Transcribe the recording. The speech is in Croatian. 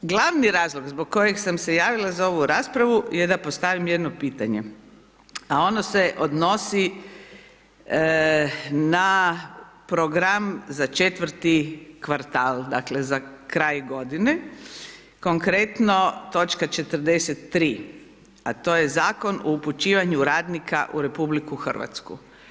Glavni razlog zbog kojeg sam se javila za ovu raspravu je da postavim jedno pitanje a ono se odnosi na program za četvrti kvartal, dakle za kraj godine, konkretno točka 43 a to je Zakon o upućivanju radnika u RH.